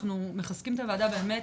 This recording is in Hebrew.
אנחנו מחזקים את הוועדה באמת